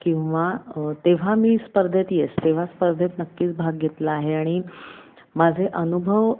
किंवा तेव्हा मी स्पर्धेत येस तेव्हा स्पर्धेत नक्कीच भाग घेतला आहे आणि माझे अनुभव